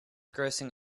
grossing